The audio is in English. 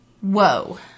Whoa